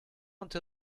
into